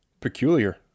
peculiar